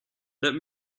let